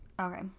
Okay